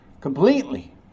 completely